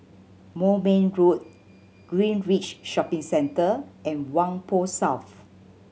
Moulmein Road Greenridge Shopping Centre and Whampoa South